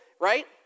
right